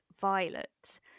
violet